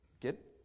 get